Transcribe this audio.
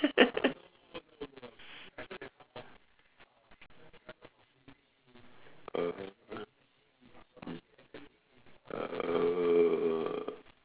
oh mm oh